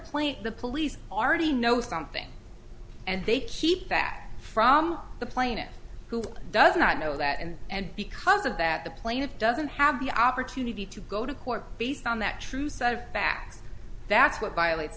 plane the police already know something and they keep that from the plaintiff who does not know that and and because of that the plaintiff doesn't have the opportunity to go to court based on that true set of facts that's what violates